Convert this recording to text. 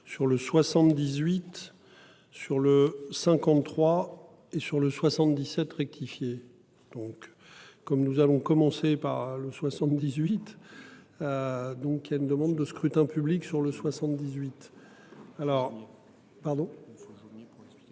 sur le 78 sur le 53 et sur le 77 rectifié. Donc comme nous allons commencer par le 78. Donc il y a une demande de scrutin public sur le 78. Alors. Pardon. Il faut souligner pour explication.